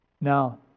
Now